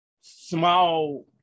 small